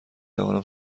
توانم